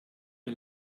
mir